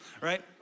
right